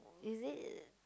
is it